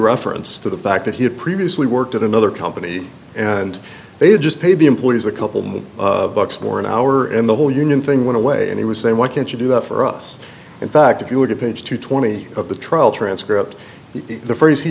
reference to the fact that he had previously worked at another company and they just paid the employees a couple more bucks more an hour and the whole union thing went away and he was saying why can't you do that for us in fact if you were to page two twenty of the trial transcript the phrase he